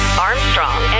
Armstrong